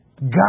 God